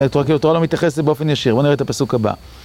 התורה לא מתייחסת באופן ישיר. בואו נראה את הפסוק הבא.